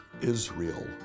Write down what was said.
Israel